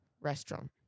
restaurant